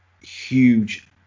huge